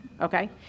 okay